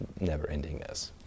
never-endingness